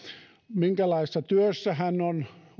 minkälaisessa työssä hän on